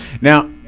Now